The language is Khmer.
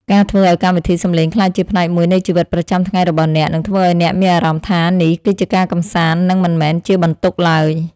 ការធ្វើឱ្យកម្មវិធីសំឡេងក្លាយជាផ្នែកមួយនៃជីវិតប្រចាំថ្ងៃរបស់អ្នកនឹងធ្វើឱ្យអ្នកមានអារម្មណ៍ថានេះគឺជាការកម្សាន្ត និងមិនមែនជាបន្ទុកឡើយ។